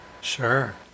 Sure